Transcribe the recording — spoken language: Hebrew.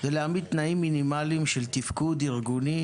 זה להעמיד תנאים מינימליים של תפקוד ארגוני